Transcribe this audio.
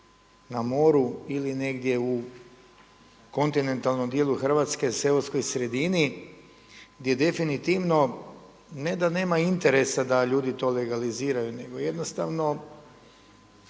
na moru ili negdje u kontinentalnom dijelu Hrvatske u seoskoj sredini gdje definitivno ne da nema interesa da ljudi to legaliziraju, nego jednostavno